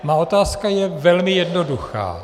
Má otázka je velmi jednoduchá.